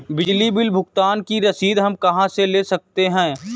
बिजली बिल भुगतान की रसीद हम कहां से ले सकते हैं?